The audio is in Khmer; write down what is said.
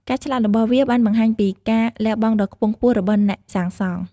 ការឆ្លាក់របស់វាបានបង្ហាញពីការលះបង់ដ៏ខ្ពង់ខ្ពស់របស់អ្នកសាងសង់។